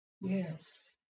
Yes